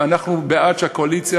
אנחנו בעד שהקואליציה,